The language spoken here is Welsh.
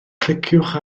cliciwch